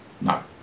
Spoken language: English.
No